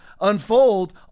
unfold